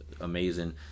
amazing